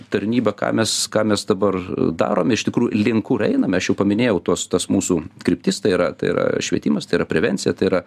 tarnybą ką mes ką mes dabar darome iš tikrųjų link kur einame aš jau paminėjau tuos tas mūsų kryptis tai yra tai yra švietimas tai yra prevencija tai yra